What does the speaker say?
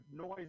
noise